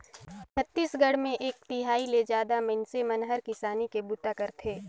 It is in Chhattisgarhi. छत्तीसगढ़ मे एक तिहाई ले जादा मइनसे मन हर किसानी के बूता करथे